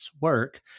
work